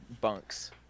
bunks